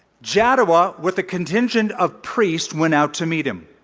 jaddua, with contingent of priests, went out to meet him.